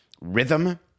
rhythm